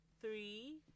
three